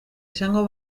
izango